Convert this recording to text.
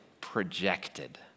projected